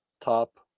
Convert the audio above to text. top